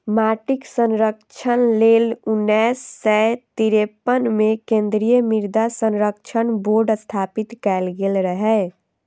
माटिक संरक्षण लेल उन्नैस सय तिरेपन मे केंद्रीय मृदा संरक्षण बोर्ड स्थापित कैल गेल रहै